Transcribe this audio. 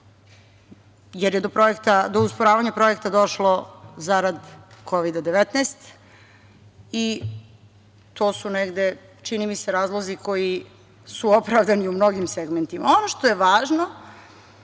jer je do usporavanja projekta došlo zarad Kovida 19 i to su negde čini mi se razlozi koji su opravdani u mnogim segmentima. Ono što je važno